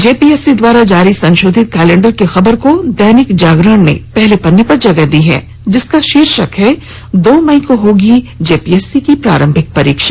JPSC द्वारा जारी संशोधित कैलेंडर की खबर को दैनिक जागरण ने पहले पन्ने पर जगह दी है जिसका शीर्षक है दो मई को होगी जेपीएससी की प्रारंभिक परीक्षा